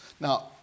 now